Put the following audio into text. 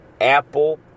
Apple